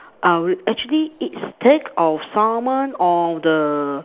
I will actually eat steak or Salmon or the